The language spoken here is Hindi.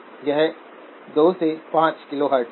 यह 2 से 5 किलोहर्ट्ज़ है